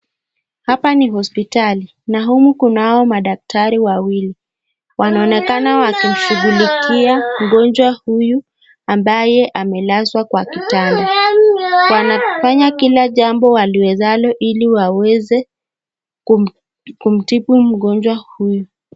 Hapa ni hospitali na humu kunao madaktari wawili wanaonekana wakishugulikia mgonjwa huyu ambaye amelazwa kwa kitanda. Wanafanya kila jambo waliwezalo iliwaweze kumtibu mgonjwa huyu.